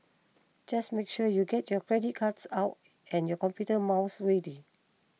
just make sure you get your credit cards out and your computer mouse ready